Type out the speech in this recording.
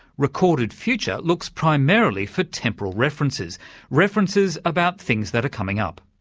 recorded future looks primarily for temporal references references about things that are coming up.